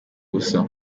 ubusa